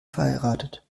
verheiratet